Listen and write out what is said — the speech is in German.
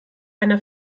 einer